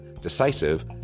decisive